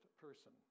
person